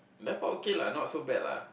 airport okay lah not so bad lah